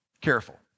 careful